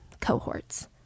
cohorts